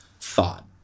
thought